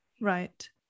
Right